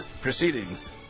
proceedings